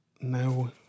No